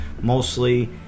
mostly